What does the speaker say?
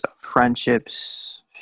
friendships